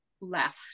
left